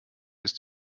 ist